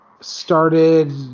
started